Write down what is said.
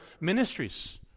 ministries